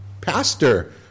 pastor